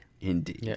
Indeed